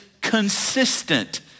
consistent